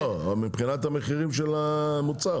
לא, מבחינת המחירים של המוצר.